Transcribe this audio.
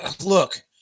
look